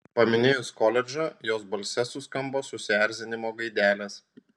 paminėjus koledžą jos balse suskambo susierzinimo gaidelės